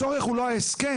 הצורך הוא לא ההסכם.